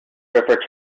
river